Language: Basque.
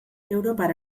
europara